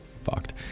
fucked